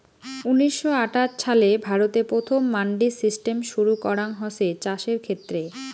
উনিশশো আটাশ ছালে ভারতে প্রথম মান্ডি সিস্টেম শুরু করাঙ হসে চাষের ক্ষেত্রে